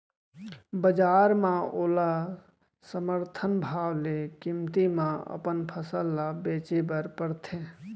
बजार म ओला समरथन भाव ले कमती म अपन फसल ल बेचे बर परथे